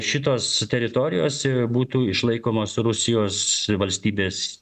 šitos teritorijos būtų išlaikomos rusijos valstybės